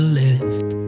left